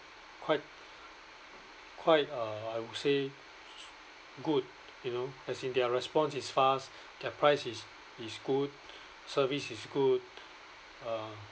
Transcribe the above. quite quite uh I would say good you know as in their response is fast their price is is good service is good uh